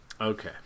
Okay